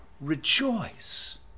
rejoice